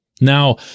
Now